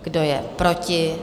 Kdo je proti?